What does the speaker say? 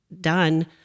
done